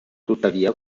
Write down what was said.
tuttavia